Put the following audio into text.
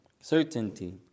Certainty